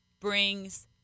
brings